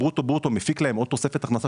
הברוטו-ברוטו מפיק להם עוד תוספת הכנסה